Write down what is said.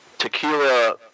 Tequila